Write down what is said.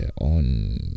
on